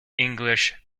english